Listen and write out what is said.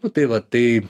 nu tai va tai